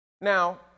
Now